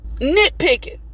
Nitpicking